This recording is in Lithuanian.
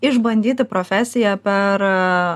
išbandyti profesiją per